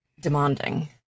demanding